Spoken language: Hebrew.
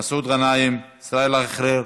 מסעוד גנאים, ישראל אייכלר,